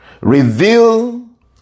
reveal